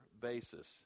basis